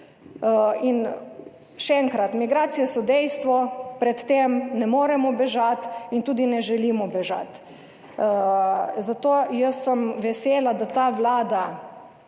In še enkrat, migracije so dejstvo. Pred tem ne moremo bežati in tudi ne želimo bežati. Zato, jaz sem vesela, da ta Vlada